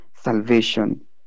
Salvation